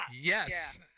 Yes